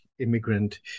Immigrant